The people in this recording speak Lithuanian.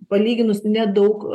palyginus nedaug